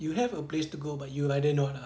you have a place to go but you rather not ah